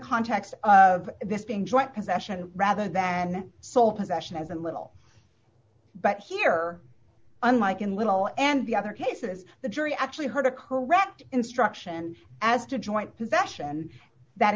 context of five this being joint possession rather than sole possession as in little but here unlike in little and the other cases the jury actually heard a correct instruction as to joint possession that